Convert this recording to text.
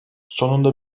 sonunda